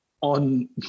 on